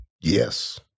Yes